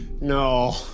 No